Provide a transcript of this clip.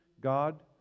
God